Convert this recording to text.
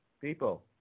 People